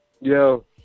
Yo